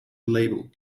label